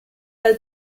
dal